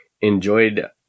Enjoyed